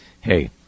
hey